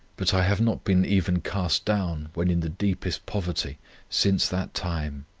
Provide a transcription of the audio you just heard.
but i have not been even cast down when in the deepest poverty since that time.